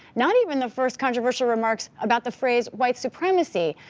not even the first controversial remarks about the phrase white supremacy.